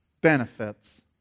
benefits